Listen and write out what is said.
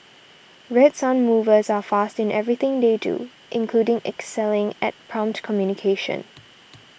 Red Sun Movers are fast in everything they do including excelling at prompt communication